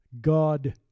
God